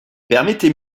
permettez